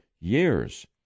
years